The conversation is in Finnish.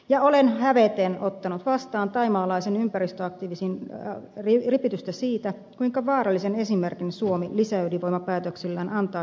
ja olen häveten ottanut vastaan thaimaalaisen ympäristöaktivistin ripitystä siitä kuinka vaarallisen esimerkin suomi lisäydinvoimapäätöksillään antaa kehittyville maille